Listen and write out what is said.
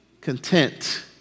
content